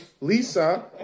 Lisa